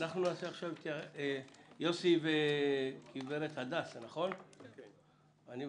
יוסי והגב' הדס, אני מבקש,